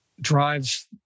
drives